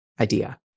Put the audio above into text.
idea